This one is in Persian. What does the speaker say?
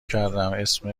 کردماسم